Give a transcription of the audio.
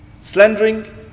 slandering